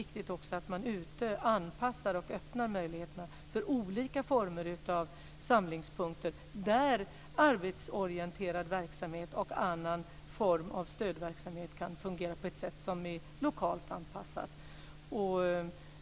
Då är det också viktigt att man anpassar och öppnar möjligheterna för olika former av samlingspunkter där arbetsorienterad verksamhet och annan form av stödverksamhet kan fungera på ett sätt som är lokalt anpassat.